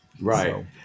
Right